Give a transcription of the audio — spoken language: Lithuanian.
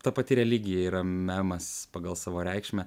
ta pati religija yra memas pagal savo reikšmę